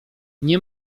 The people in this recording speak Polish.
nie